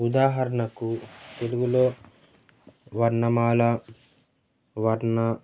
ఉదాహరణకు తెలుగులో వర్ణమాల వర్ణ